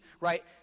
right